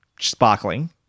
sparkling